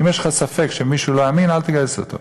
אם יש לך ספק שמישהו לא אמין, אל תגייס אותו.